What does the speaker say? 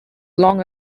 long